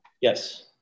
Yes